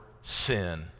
sin